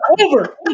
over